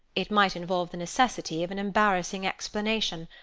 it might involve the necessity of an embarrassing explanation.